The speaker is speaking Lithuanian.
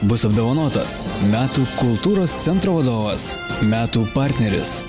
bus apdovanotas metų kultūros centro vadovas metų partneris